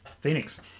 Phoenix